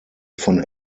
von